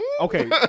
Okay